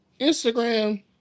Instagram